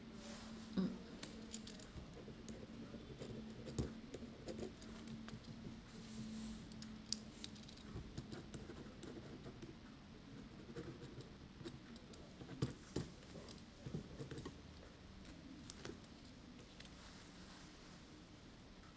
mm